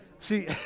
See